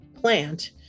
plant